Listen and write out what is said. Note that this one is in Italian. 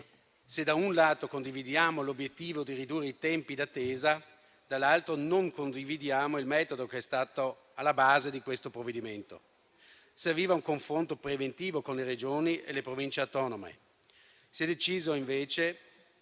se da un lato condividiamo l'obiettivo di ridurre i tempi d'attesa, dall'altro non condividiamo il metodo alla base di questo provvedimento. Serviva un confronto preventivo con le Regioni e le Province autonome. Si è deciso invece